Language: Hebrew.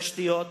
תשתיות,